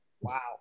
Wow